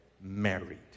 married